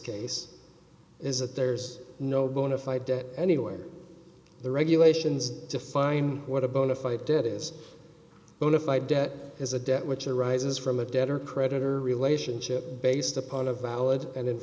case is that there's no bonafide debt anyway the regulations define what a bonafide debt is bonafide debt is a debt which arises from a debt or creditor relationship based upon a valid and